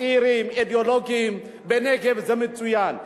צעירים אידיאליסטים בנגב, זה מצוין.